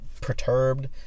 perturbed